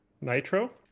Nitro